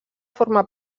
forma